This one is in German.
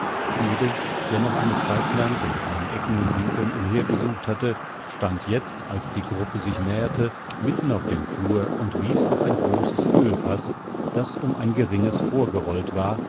der noch eine zeit lang in allen ecken und winkeln umhergesucht hatte stand jetzt als die gruppe sich näherte mitten auf dem flur und wies auf ein großes ölfaß das um ein geringes vorgerollt war